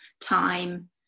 time